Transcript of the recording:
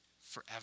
forever